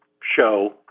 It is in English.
show